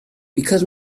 because